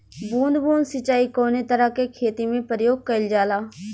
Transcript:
बूंद बूंद सिंचाई कवने तरह के खेती में प्रयोग कइलजाला?